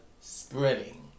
spreading